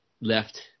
left